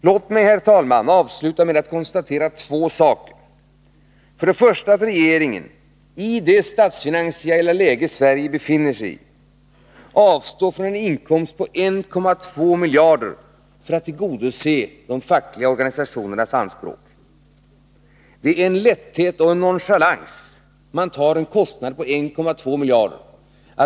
Låt mig, herr talman, avsluta med att konstatera två saker: För det första att regeringen i nuvarande utsatta statsfinansiella läge avstår från en inkomst på 1,2 miljarder för att tillgodose de fackliga organisationernas anspråk. Det är en lätthet och en nonchalans, med vilken man tar en kostnad på 1,2 miljarder.